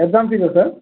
exam fees sir